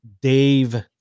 Dave